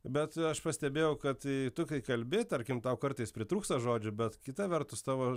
bet aš pastebėjau kad tu kai kalbi tarkim tau kartais pritrūksta žodžių bet kita vertus tavo